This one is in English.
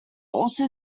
also